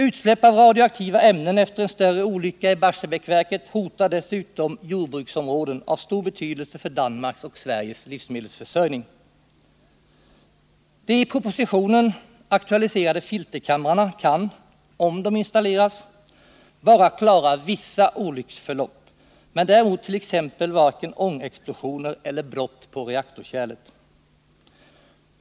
Utsläpp av radioaktiva ämnen efter en större olycka i Barsebäcksverket hotar dessutom jordbruksområden av stor betydelse för Danmarks och Sveriges livsmedelsförsörjning. De i propositionen aktualiserade filterkamrarna kan, om de installeras, bara klara vissa olycksförlopp men däremot exempelvis varken ångexplosioner eller brott på reaktorkärlet.